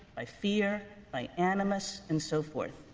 by fear, by animus, and so forth?